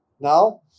Now